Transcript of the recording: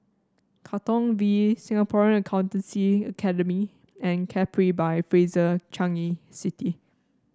Katong V Singapore Accountancy Academy and Capri by Fraser Changi City